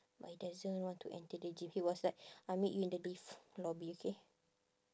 but he doesn't want to enter the gym he was like I meet you in the lift lobby okay